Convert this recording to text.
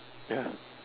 ya